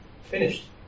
finished